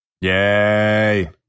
Yay